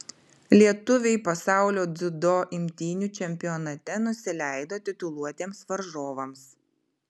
lietuviai pasaulio dziudo imtynių čempionate nusileido tituluotiems varžovams